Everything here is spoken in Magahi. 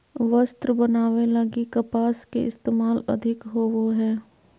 वस्त्र बनावे लगी कपास के इस्तेमाल अधिक होवो हय